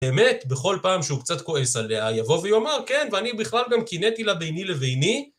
באמת, בכל פעם שהוא קצת כועס עליה, יבוא ויאמר, כן, ואני בכלל גם קינאתי לה ביני לביני.